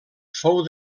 fou